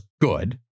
good